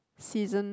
season